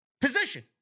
position